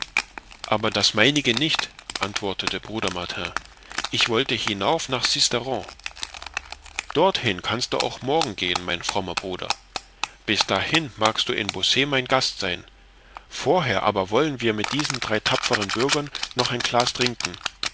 aber das meinige nicht antwortete bruder martin ich wollte hinauf nach sisteron dorthin kannst du auch morgen gehen mein frommer bruder bis dahin magst du in beausset mein gast sein vorher aber wollen wir hier mit diesen drei tapferen bürgern noch ein glas trinken